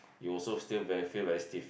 you also still very feel very stiff